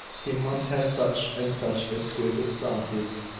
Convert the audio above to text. he must have such and such exquisite sauces,